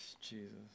Jesus